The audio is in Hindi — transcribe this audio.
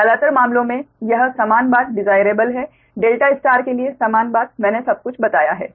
ज्यादातर मामलों में यह समान बात डिसाइरेबल है डेल्टा स्टार के लिए समान बात मैंने सब कुछ बताया है